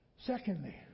Secondly